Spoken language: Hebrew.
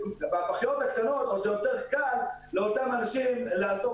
בפחיות הקטנות זה יותר קל לאנשים לאסוף